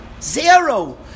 zero